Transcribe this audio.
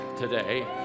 today